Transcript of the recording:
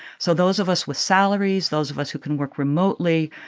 so those of us with salaries, those of us who can work remotely,